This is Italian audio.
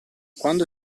quando